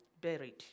Buried